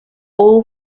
all